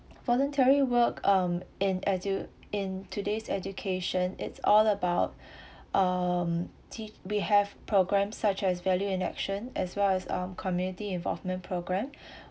voluntary work um in as you in today's education it's all about um t~ we have programmes such as value in action as well as um community involvement programme